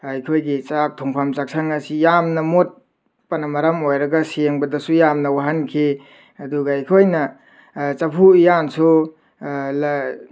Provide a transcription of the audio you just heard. ꯑꯩꯈꯣꯏꯒꯤ ꯆꯥꯛ ꯊꯣꯡꯐꯝ ꯆꯥꯛꯁꯪ ꯑꯁꯤ ꯌꯥꯝꯅ ꯃꯣꯠꯄꯅ ꯃꯔꯝ ꯑꯣꯏꯔꯒ ꯁꯦꯡꯕꯗꯁꯨ ꯌꯥꯝꯅ ꯋꯥꯍꯟꯈꯤ ꯑꯗꯨꯒ ꯑꯩꯈꯣꯏꯅ ꯆꯐꯨ ꯎꯌꯥꯟꯁꯨ